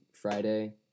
Friday